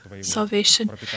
salvation